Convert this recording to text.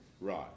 Right